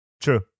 true